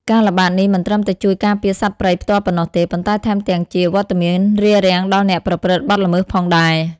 ការល្បាតនេះមិនត្រឹមតែជួយការពារសត្វព្រៃផ្ទាល់ប៉ុណ្ណោះទេ ប៉ុន្តែថែមទាំងជាវត្តមានរារាំងដល់អ្នកប្រព្រឹត្តបទល្មើសផងដែរ។